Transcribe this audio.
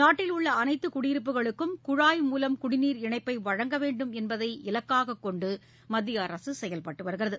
நாட்டில் உள்ள அனைத்து குடியிருப்புகளுக்கும் குழாய் மூலம் குடிநீர் இணைப்பை வழங்க வேண்டும் என்பதை இலக்காக கொண்டு மத்திய அரசு செயல்பட்டு வருகிறது